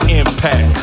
impact